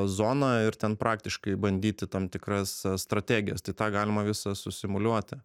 zoną ir ten praktiškai bandyti tam tikras strategijas tai tą galima visą susimuliuoti